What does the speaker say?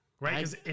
right